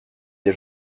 des